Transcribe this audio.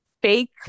fake